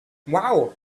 wow